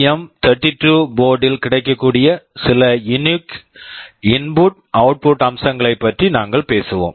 M32 board STM32 board ல் கிடைக்கக்கூடிய சில unique input output unique input output அம்சங்களைப் பற்றி நாங்கள் பேசுவோம்